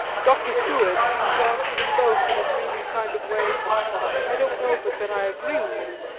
dr. seward seemed to answer them both in a dreamy kind of way i don't know but that i agree with you.